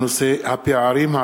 הוחלט להעביר את